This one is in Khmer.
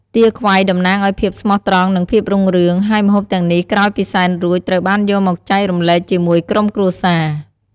ទាខ្វៃតំណាងឱ្យភាពស្មោះត្រង់ និងភាពរុងរឿង ហើយម្ហូបទាំងនេះក្រោយពីសែនរួច ត្រូវបានយកមកចែករំលែកជាមួយក្រុមគ្រួសារ។